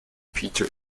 peter